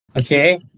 Okay